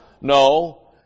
No